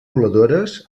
voladores